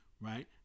right